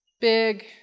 Big